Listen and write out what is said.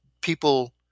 people